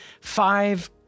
five